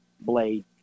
blade